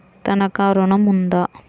తనఖా ఋణం ఉందా?